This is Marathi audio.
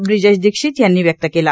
ब्रिजेश दीक्षित यांनी व्यक्त केला